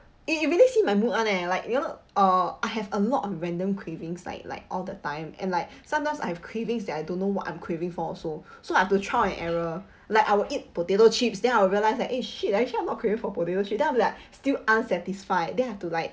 eh it really fit my mood [one] eh like you know uh I have a lot of random cravings like like all the time and like sometimes I have cravings that I don't know what I'm craving for also so I have to trial and error like I will eat potato chips then I realise that eh shit actually I'm not craving for potatoes chip then I'll be like still unsatisfied then have to like